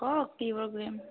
কওক কি প্ৰগ্ৰেম